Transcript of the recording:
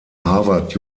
harvard